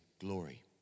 glory